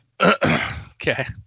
Okay